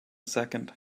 second